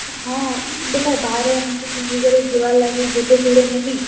ହଁ ବୋଇଲେ ବାହାରେ ଏମ୍ତି ପିନ୍ଧିକରି ଯିବାର୍ ଲାଗି ଗୋଟେ ଯୋଡ଼େ ନେମି